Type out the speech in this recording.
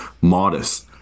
modest